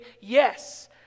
yes